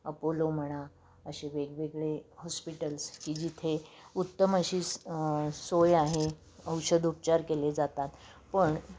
Apollo म्हणा असे वेगवेगळे हॉस्पिटल्स की जिथे उत्तम अशी सोय आहे औषधोपचार केले जातात पण